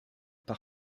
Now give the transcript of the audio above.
par